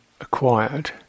acquired